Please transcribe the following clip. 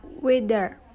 weather